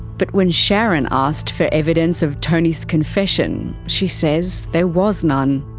but when sharon asked for evidence of tony's confession, she says there was none.